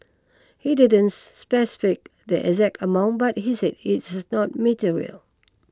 he didn't specify the exact amount but he said it's not material